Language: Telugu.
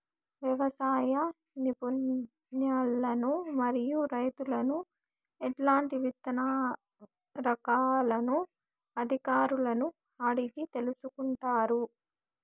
వ్యవసాయ నిపుణులను మరియు రైతులను ఎట్లాంటి విత్తన రకాలను అధికారులను అడిగి తెలుసుకొంటారు?